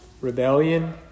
Rebellion